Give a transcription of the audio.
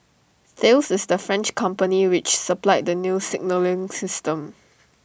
Thales is the French company which supplied the new signalling system